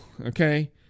okay